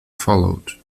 followed